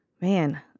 Man